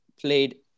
played